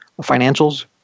financials